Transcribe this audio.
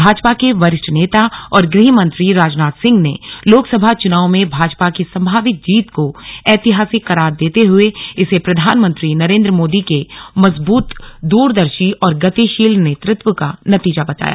भाजपा के वरिष्ठ नेता और गृह मंत्री राजनाथ सिंह ने लोकसभा चुनावों में भाजपा की संभावित जीत को ऐतिहासिक करार देते हुए इसे प्रधानमंत्री नरेंद्र मोदी के मजबूत दूरदर्शी और गतिशील नेतृत्व का नतीजा बताया